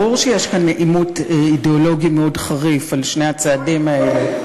ברור שיש כאן עימות אידיאולוגי מאוד חריף על שני הצעדים האלה.